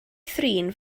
thrin